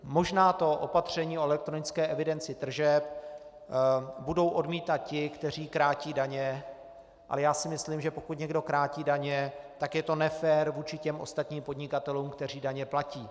Možná to opatření o elektronické evidenci tržeb budou odmítat ti, kteří krátí daně, ale já si myslím, že pokud někdo krátí daně, tak je to nefér vůči těm ostatním podnikatelům, kteří daně platí.